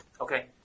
Okay